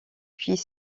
puis